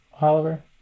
Oliver